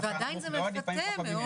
לפעמים פחות --- עדיין זה מפתה מאוד.